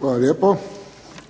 Hvala lijepo.